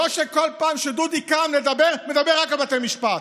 לא שכל פעם שדודי קם לדבר הוא ידבר רק על בתי המשפט,